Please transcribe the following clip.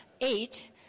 Eight